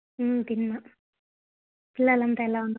తిన్న పిల్లలు అంతా ఎలా ఉన్నారు